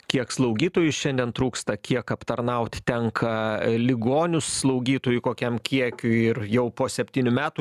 kiek slaugytojų šiandien trūksta kiek aptarnauti tenka ligonius slaugytojų kokiam kiekiui ir jau po septynių metų